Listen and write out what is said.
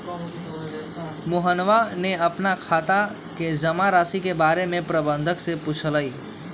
मोहनवा ने अपन खाता के जमा राशि के बारें में प्रबंधक से पूछलय